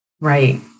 Right